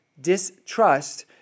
distrust